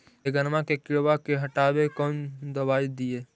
बैगनमा के किड़बा के हटाबे कौन दवाई दीए?